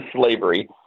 slavery